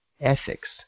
ethics